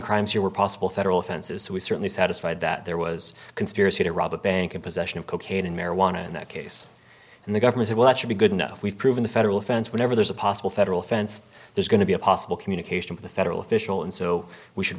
crimes here were possible federal offenses so we certainly satisfied that there was a conspiracy to rob a bank in possession of cocaine and marijuana in that case and the governor said well that should be good enough we've proven the federal offense whenever there's a possible federal offense there's going to be a possible communication with a federal official and so we should